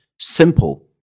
Simple